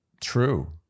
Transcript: True